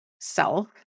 self